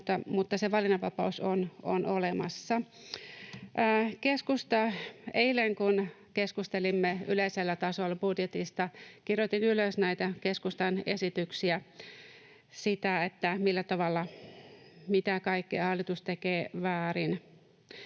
mutta se valinnanvapaus on olemassa. Eilen, kun keskustelimme yleisellä tasolla budjetista, kirjoitin ylös näitä keskustan esityksiä siitä, mitä kaikkea hallitus tekee väärin.